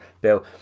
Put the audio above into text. Bill